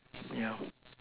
yeah